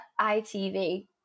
ITV